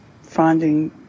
finding